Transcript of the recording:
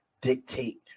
dictate